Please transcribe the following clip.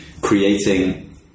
creating